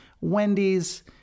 Wendy's